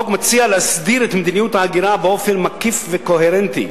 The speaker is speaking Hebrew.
החוק מציע להסדיר את מדיניות ההגירה באופן מקיף וקוהרנטי,